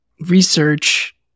research